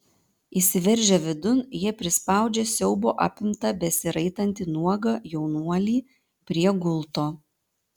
įsiveržę vidun jie prispaudžia siaubo apimtą besiraitantį nuogą jaunuolį prie gulto